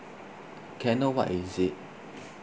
can I know what is it